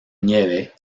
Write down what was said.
nieve